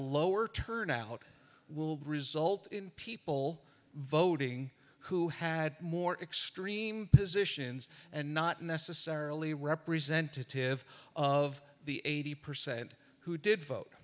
lower turnout will result in people voting who had more extreme positions and not necessarily representative of the eighty percent who did vote